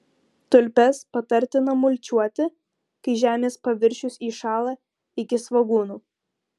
tulpes patartina mulčiuoti kai žemės paviršius įšąla iki svogūnų